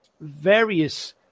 various